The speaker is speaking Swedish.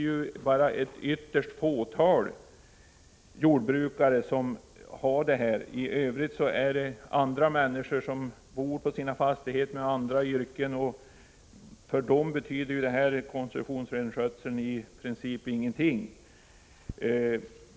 Numera är det bara ett fåtal jordbrukare som bedriver sådan här renskötsel. I övrigt är det fråga om människor som bor på sina fastigheter men har andra yrken. För dem betyder koncessionsrenskötseln i princip ingenting.